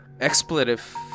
expletive